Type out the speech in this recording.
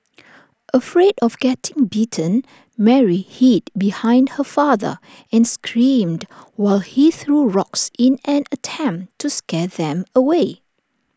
afraid of getting bitten Mary hid behind her father and screamed while he threw rocks in an attempt to scare them away